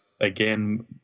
again